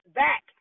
back